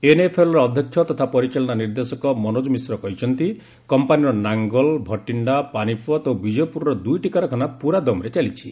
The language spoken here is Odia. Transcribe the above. ଏନ୍ଏଫ୍ଏଲ୍ର ଅଧ୍ୟକ୍ଷ ତଥା ପରିଚାଳନା ନିର୍ଦ୍ଦେଶକ ମନୋଜ ମିଶ୍ର କହିଛନ୍ତି କମ୍ପାନୀର ନାଙ୍ଗଲ ଭଟିଣ୍ଡା ପାନିପଥ ଓ ବିଜୟପୁରର ଦୁଇଟି କାରଖାନା ପୁରା ଦମରେ ଚାଲିଛି